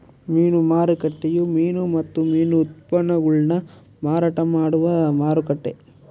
ಮೀನು ಮಾರುಕಟ್ಟೆಯು ಮೀನು ಮತ್ತು ಮೀನು ಉತ್ಪನ್ನಗುಳ್ನ ಮಾರಾಟ ಮಾಡುವ ಮಾರುಕಟ್ಟೆ